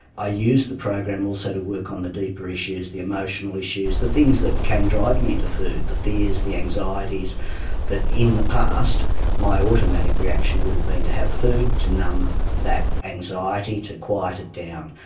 i use the program also to work on the deeper issues, the emotional issues, the things that can drive me into food, the fears, the anxieties that in the past my automatic reaction would have been to have food to numb that anxiety, to quiet it down,